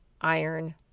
iron